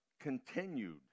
continued